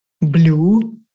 Blue